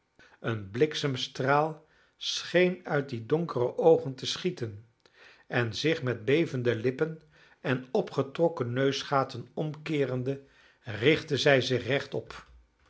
een bliksemstraal scheen uit die donkere oogen te schieten en zich met bevende lippen en opgetrokken neusgaten omkeerende richtte zij zich rechtop